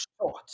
short